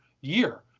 year